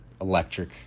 electric